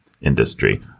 industry